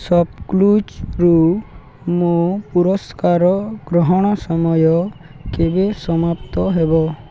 ସପ୍କ୍ଲୁଜ୍ରୁ ମୋ ପୁରସ୍କାର ଗ୍ରହଣ ସମୟ କେବେ ସମାପ୍ତ ହେବ